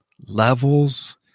levels